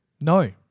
No